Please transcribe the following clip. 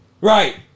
right